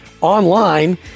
online